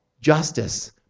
justice